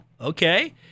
Okay